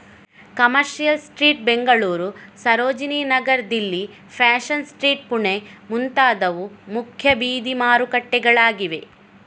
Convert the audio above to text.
commercial street Bengaluru, Sarojini Nagar Delhi, fashion street Pune ಮುಂತಾದವು ಮುಖ್ಯ ಬೀದಿ ಮಾರುಕಟ್ಟೆಗಳಾಗಿವೆ